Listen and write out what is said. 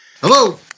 Hello